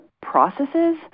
processes